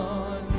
on